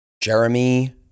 Jeremy